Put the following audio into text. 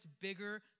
bigger